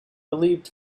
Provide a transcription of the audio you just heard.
relieved